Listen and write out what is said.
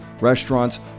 restaurants